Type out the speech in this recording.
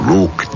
Look